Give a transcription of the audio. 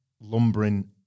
lumbering